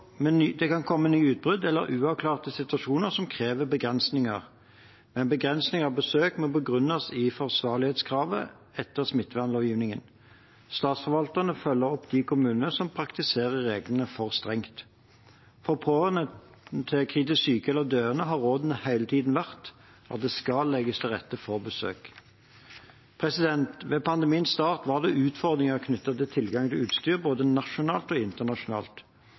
komme nye utbrudd eller uavklarte situasjoner som krever begrensninger, men begrensninger og besøk må begrunnes i forsvarlighetskravet etter smittevernlovgivningen. Statsforvalterne følger opp de kommunene som praktiserer reglene for strengt. For pårørende til kritisk syke eller døende har rådene hele tiden vært at det skal legges til rette for besøk. Ved pandemiens start var det utfordringer knyttet til tilgang til utstyr både nasjonalt og internasjonalt.